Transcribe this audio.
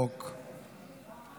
החוק